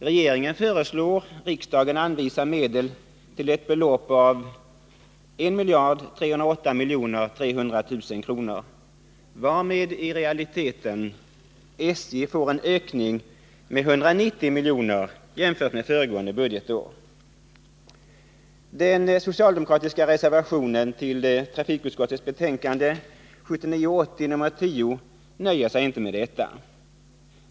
Regeringen föreslår riksdagen anvisa medel till ett belopp av 1308 300 000 kr., varmed SJ i realiteten får en ökning med 190 miljoner jämfört med föregående budgetår. I den socialdemokratiska reservationen till trafikutskottets betänkande 1979/80:10 nöjer man sig inte med detta.